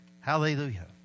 Hallelujah